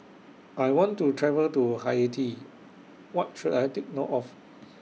I want to travel to Haiti What should I Take note of